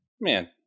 man